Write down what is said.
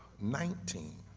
nineteen.